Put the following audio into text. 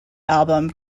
album